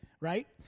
right